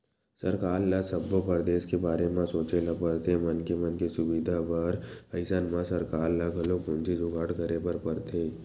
सरकार ल सब्बो परदेस के बारे म सोचे ल परथे मनखे मन के सुबिधा बर अइसन म सरकार ल घलोक पूंजी जुगाड़ करे बर परथे